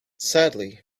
sadly